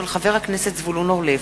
של חבר הכנסת זבולון אורלב.